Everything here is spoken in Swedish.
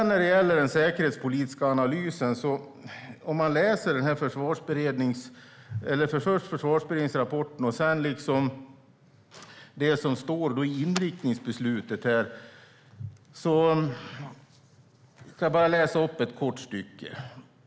När det gäller den säkerhetspolitiska analysen kan man läsa försvarsberedningsrapporten och inriktningsbeslutet. Jag ska läsa upp ett kort stycke.